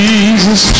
Jesus